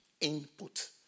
Input